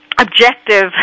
objective